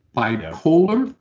bipolar,